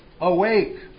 awake